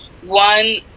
one